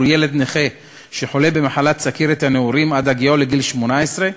ילד נכה שחולה במחלת סוכרת הנעורים עד הגיעו לגיל 18,